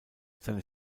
seine